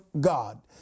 God